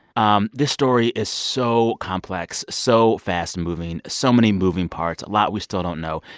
um this story is so complex, so fast-moving, so many moving parts a lot we still don't know.